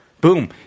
Boom